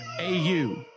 au